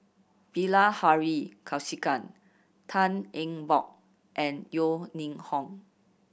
Bilahari Kausikan Tan Eng Bock and Yeo Ning Hong